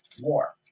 war